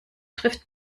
trifft